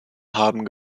haben